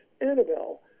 Annabelle